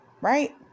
right